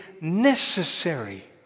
necessary